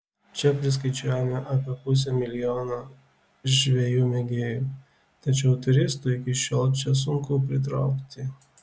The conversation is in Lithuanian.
čia priskaičiuojame apie pusę milijono žvejų mėgėjų tačiau turistų iki šiol čia sunku pritraukti